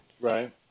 Right